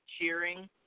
cheering